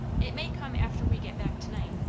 it may come after we get back to-night,